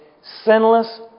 sinless